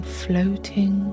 floating